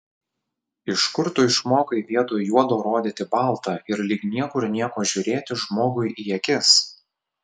iš kur tu išmokai vietoj juodo rodyti balta ir lyg niekur nieko žiūrėti žmogui į akis